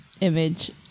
image